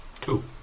Two